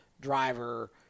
driver